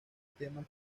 temas